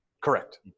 Correct